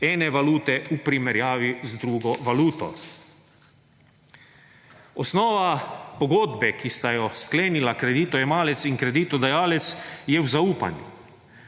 ene valute v primerjavi z drugo valuto. Osnova pogodbe, ki sta jo sklenila kreditojemalec in kreditodajalec, je v zaupanju.